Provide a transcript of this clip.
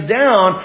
down